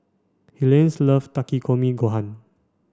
Helaine love Takikomi Gohan